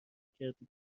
کردی